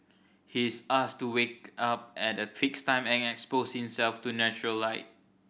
he is asked to wake up at a fixed time and expose himself to natural light